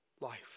Life